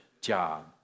job